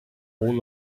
all